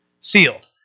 sealed